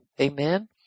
Amen